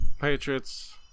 Patriots